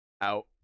out